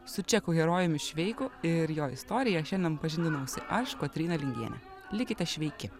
su čekų herojumi šveiku ir jo istorija šiandien pažindinausi aš kotryna lingienė likite šveiki